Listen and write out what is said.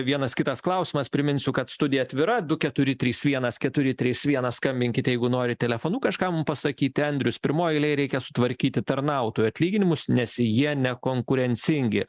vienas kitas klausimas priminsiu kad studija atvira du keturi trys vienas keturi trys vienas skambinkite jeigu norit telefonu kažką mum pasakyti andrius pirmoj eilėj reikia sutvarkyti tarnautojų atlyginimus nes jie nekonkurencingi